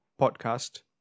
podcast